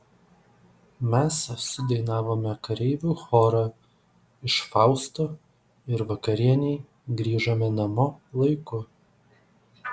mes sudainavome kareivių chorą iš fausto ir vakarienei grįžome namo laiku